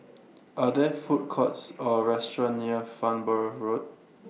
Are There Food Courts Or restaurants near Farnborough Road